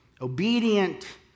Obedient